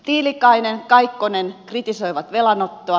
tiilikainen ja kaikkonen kritisoivat velanottoa